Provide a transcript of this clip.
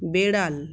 বেড়াল